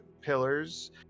pillars